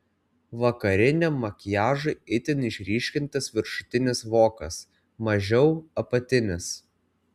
vakariniam makiažui itin išryškintas viršutinis vokas mažiau apatinis